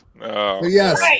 Yes